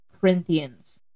Corinthians